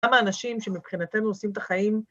כמה אנשים שמבחינתנו עושים את החיים.